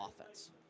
offense